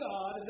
God